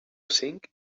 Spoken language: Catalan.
cinc